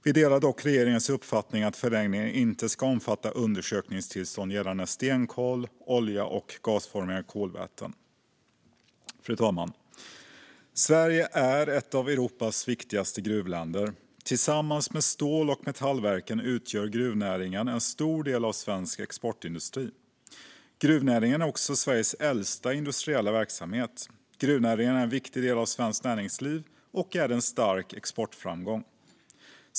Vi delar dock regeringens uppfattning att förlängningen inte ska omfatta undersökningstillstånd gällande stenkol, olja och gasformiga kolväten. Fru talman! Sverige är ett av Europas viktigaste gruvländer. Tillsammans med stål och metallverken utgör gruvnäringen en stor del av svensk exportindustri. Gruvnäringen är också Sveriges äldsta industriella verksamhet. Gruvnäringen är en viktig del av svenskt näringsliv och är även en stark exportframgång.